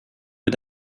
mit